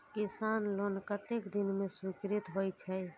किसान लोन कतेक दिन में स्वीकृत होई छै?